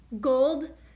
Gold